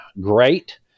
great